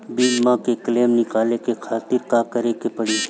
बीमा के क्लेम निकाले के खातिर का करे के पड़ी?